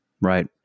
Right